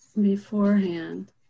beforehand